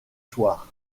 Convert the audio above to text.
soirs